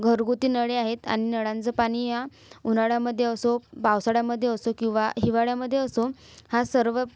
घरगुती नळे आहेत आणि नळांचं पाणी ह्या उन्हाळ्यामध्ये असो पावसाळ्यामध्ये असो किंवा हिवाळ्यामध्ये असो हा सर्व